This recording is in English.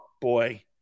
Boy